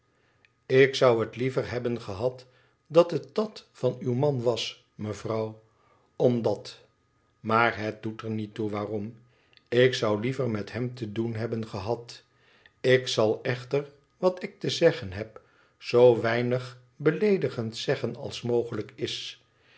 ik zou liever hebben gehad dat het dat van uw man was mevrouw omdat maar het doet er niet toe waarom ik zou liever met hem te doen hebben gehad ik zal echer wat ik te zeggen heb zoo weinig belee digend zeggen als mogelijk is